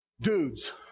dudes